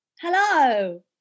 Hello